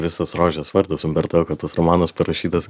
visas rožės vardas umberto eko tas romanas parašytas